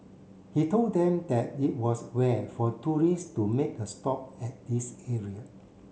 he told them that it was rare for tourist to make a stop at this area